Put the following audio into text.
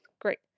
Great